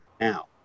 now